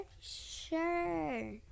Sure